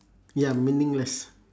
ya meaningless